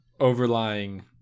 overlying